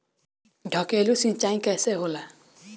ढकेलु सिंचाई कैसे होला?